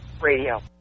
Radio